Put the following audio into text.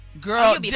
girl